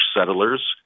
settlers